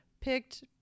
picked